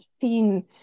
seen